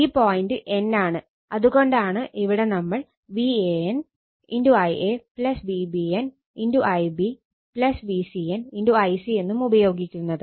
ഈ point N ആണ് അത് കൊണ്ടാണ് ഇവിടെ നമ്മൾ VAN Ia VBN Ib VCN Ic എന്നും ഉപയോഗിക്കുന്നത്